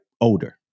older